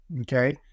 okay